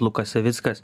lukas savickas